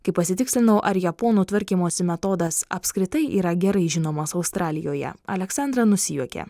kai pasitikslinau ar japonų tvarkymosi metodas apskritai yra gerai žinomas australijoje aleksandra nusijuokė